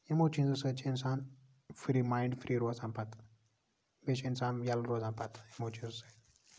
یِمَو چیٖزَو سۭتۍ چھُ اِنسان فری ماینڈ فری روزان پَتہٕ بیٚیہِ چھُ اِنسان یَلہٕ روزان پَتہٕ یِمَو چیٖزَو سۭتۍ